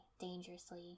dangerously